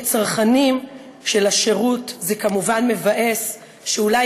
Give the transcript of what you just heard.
כצרכנים של השירות זה כמובן מבאס שאולי